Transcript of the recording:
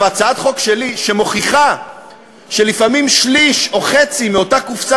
הצעת החוק שלי מוכיחה שלפעמים שליש או חצי מאותה קופסה